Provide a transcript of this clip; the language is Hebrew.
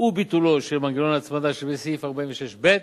וביטולו של מנגנון ההצמדה שבסעיף 46(ב)